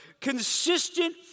consistent